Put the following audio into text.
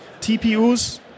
TPUs